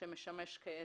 להניח שמשמש כעסק.